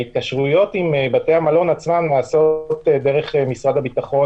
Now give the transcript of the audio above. ההתקשרויות עם בתי המלון עצמם נעשות דרך משרד הביטחון,